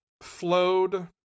flowed